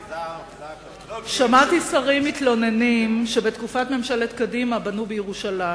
שמעתי שרים מתלוננים שבתקופת ממשלת קדימה בנו בירושלים,